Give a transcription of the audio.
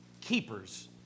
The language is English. Keepers